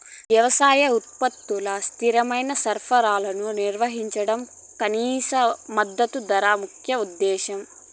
వ్యవసాయ ఉత్పత్తుల స్థిరమైన సరఫరాను నిర్వహించడం కనీస మద్దతు ధర ముఖ్య ఉద్దేశం